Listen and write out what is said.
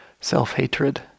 self-hatred